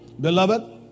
Beloved